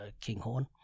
Kinghorn